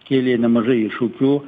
kėlė nemažai iššūkių